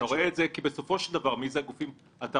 כשאתה